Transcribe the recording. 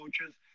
coaches